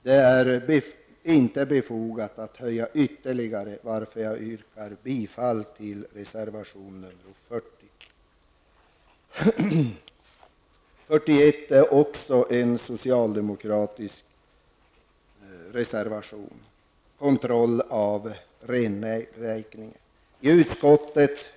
Det är inte befogat att höja ytterligare, varför jag yrkar bifall till reservation nr 40. Reservation 41 är också en socialdemokratisk reservation om kontroll av renräkningen.